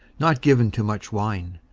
not given to much wine,